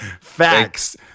Facts